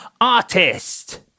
artist